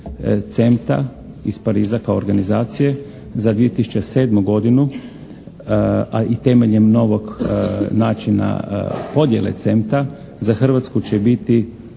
CEMTA iz Pariza kao organizacije za 2007. godinu a i temeljem novog načina podjele CEMTA za Hrvatsku će biti